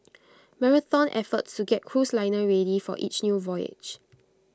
marathon effort to get cruise liner ready for each new voyage